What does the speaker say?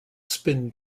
spin